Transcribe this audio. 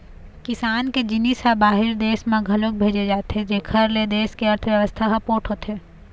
किसान के जिनिस ह बाहिर देस म घलोक भेजे जाथे जेखर ले देस के अर्थबेवस्था ह पोठ होथे